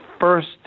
first